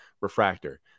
refractor